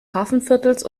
hafenviertels